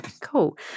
Cool